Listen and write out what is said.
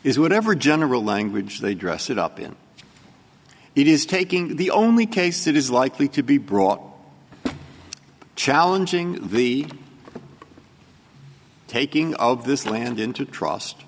is whatever general language they dress it up in it is taking the only case it is likely to be brought challenging the taking of this land into trust